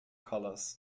colors